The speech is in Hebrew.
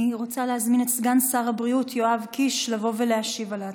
אני רוצה להזמין את סגן שר הבריאות יואב קיש לבוא ולהשיב על ההצעה.